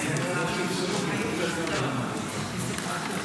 2022, אושרה בקריאה